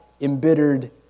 embittered